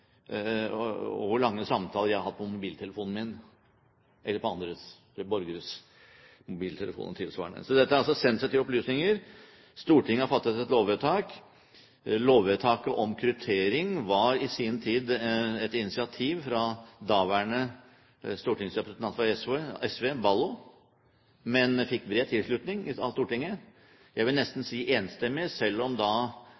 og hvor lange samtaler jeg har hatt på mobiltelefonen min eller – tilsvarende – på andre borgeres mobiltelefoner. Så dette er altså sensitive opplysninger. Stortinget har fattet et lovvedtak. Lovvedtaket om kryptering var i sin tid et initiativ fra daværende stortingsrepresentant for SV, Ballo, men fikk bred tilslutning i Stortinget, jeg vil